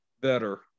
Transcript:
Better